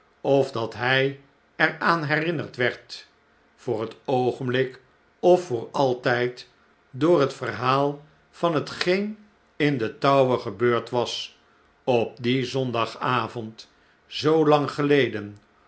of dat hij er aan herinnerd werd voor net oogenblik of voor altijd door het verhaal van hetgeen in de tower gebeurd was op dien zondagavond zoo lang geleden